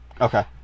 Okay